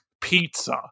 pizza